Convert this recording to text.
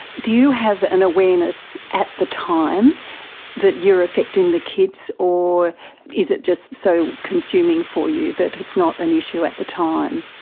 do you have an awareness at the time that you are affecting the kids, or is it just so consuming for you that it's not an issue at the time?